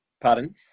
Pardon